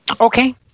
Okay